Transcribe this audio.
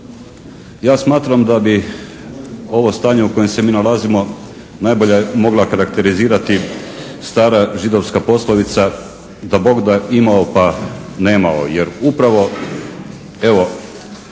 Ja smatram da bi ovo stanje u kojem se mi nalazimo najbolje mogla okarakterizirati stara židovska poslovica dabogda imao pa nemao, jer upravo